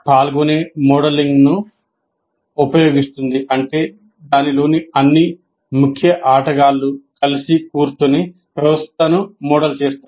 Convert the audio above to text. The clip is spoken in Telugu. ఇది పాల్గొనే మోడలింగ్ను ఉపయోగిస్తుంది అంటే దానిలోని అన్ని ముఖ్య ఆటగాళ్ళు కలిసి కూర్చుని వ్యవస్థను మోడల్ చేస్తారు